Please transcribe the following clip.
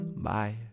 Bye